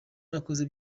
nakoze